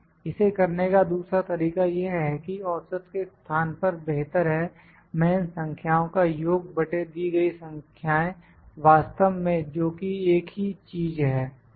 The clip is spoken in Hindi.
इसे करने का दूसरा तरीका यह है कि औसत के स्थान पर बेहतर है मैं इन संख्याओं का योग बटे दी गई संख्याएं वास्तव में जोकि एक ही चीज है